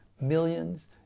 Millions